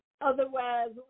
Otherwise